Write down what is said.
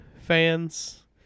fans